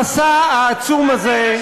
המסע העצום הזה,